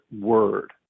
word